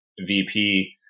VP